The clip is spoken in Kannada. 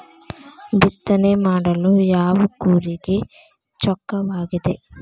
ಬಿತ್ತನೆ ಮಾಡಲು ಯಾವ ಕೂರಿಗೆ ಚೊಕ್ಕವಾಗಿದೆ?